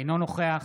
אינו נוכח